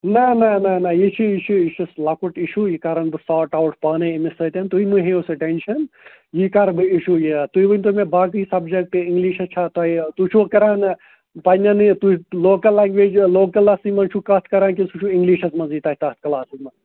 نہ نہ نہ نہ یہِ چھِ یہِ چھِ یہِ چھُس لۄکُٹ اِشوٗ یہِ کَرَن بہٕ ساٹ آوُٹ پانَے أمِس سۭتۍ تُہۍ مہٕ ہیٚیِو سُہ ٹٮ۪نشَن یہِ کَرٕ بہٕ اِشوٗ یہِ تُہۍ ؤنۍتو مےٚ باقٕے سَبجَکٹ اِنٛگلِشَس چھا تۄہہِ تُہۍ چھِو کَران پنٛنٮ۪نٕے تُہۍ لوکَل لَنٛگویج لوکلَسٕے منٛز چھِو کَتھ کَران کِنہٕ سُہ چھُو اِنٛگلِشَس منٛزٕے تۄہہِ تَتھ کلاسَس منٛز